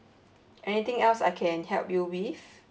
anything else I can help you with